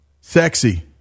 Sexy